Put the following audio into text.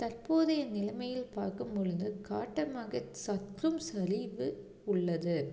தற்போதைய நிலைமையில் பார்க்கும் பொழுது காட்டன் மார்க்கெட் சற்றும் சரிவு உள்ளது